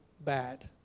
bad